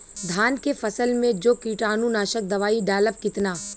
धान के फसल मे जो कीटानु नाशक दवाई डालब कितना?